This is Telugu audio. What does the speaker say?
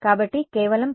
కాబట్టి కేవలం పంక్తి